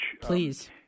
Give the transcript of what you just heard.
please